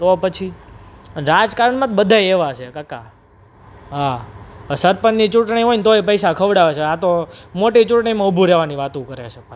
તો પછી રાજકારણમાં તો બધાય એવા છે કાકા હા આ સરપંચની ચૂંટણી હોય ને તોય પૈસા ખવડાવે છે આતો મોટી ચૂંટણીમાં ઊભું રહેવાની વાતું કરે છે પાછો